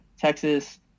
Texas